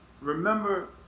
remember